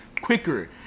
quicker